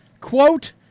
Quote